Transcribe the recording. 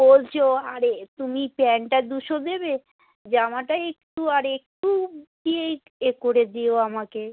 বলছো আর এ তুমি প্যান্টটা দুশো দেবে জামাটা একটু আর একটু দিয়ে এ করে দিও আমাকে